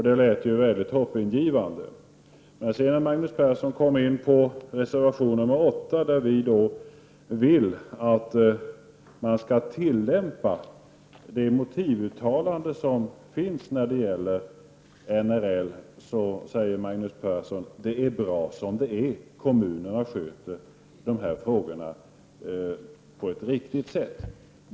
Det låter mycket hoppingivande. När Magnus Persson kom in på reservation nr 8 — där vi vill att man skall tillämpa de motivuttalanden som finns när det gäller NRL — sade han att det är bra som det är och att kommunerna sköter dessa frågor på ett riktigt sätt.